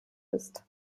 ist